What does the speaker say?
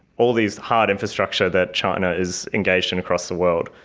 all these hard infrastructure that china is engaged in across the world.